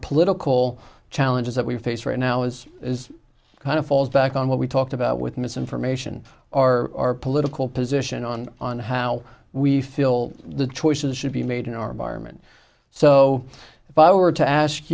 political challenges that we face right now is is kind of falls back on what we talked about with misinformation our political position on on how we feel the choices should be made in our environment so if i were to ask